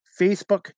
Facebook